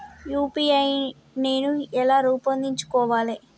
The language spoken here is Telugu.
యూ.పీ.ఐ నేను ఎలా రూపొందించుకోవాలి?